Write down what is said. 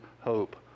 hope